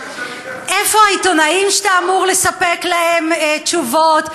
איפה העיתונאים שאתה אמור לספק להם תשובות?